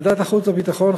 ועדת החוץ והביטחון,